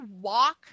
walk